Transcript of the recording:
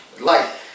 Light